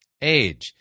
age